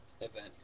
event